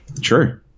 True